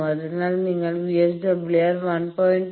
അതിനാൽ നിങ്ങൾ VSWR 1